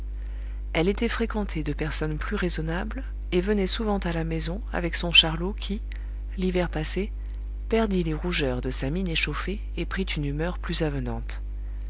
elle était fréquentée de personnes plus raisonnables et venait souvent à la maison avec son charlot qui l'hiver passé perdit les rougeurs de sa mine échauffée et prit une humeur plus avenante